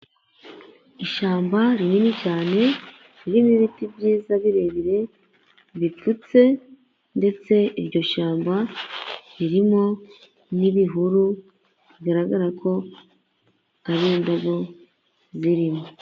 Ishyamba rinini cyane ririmo ibiti byiza birebire bipfutse ndetse iryo shyamba ririmo n'ibihuru, bigaragara ko ari indabo zirimo.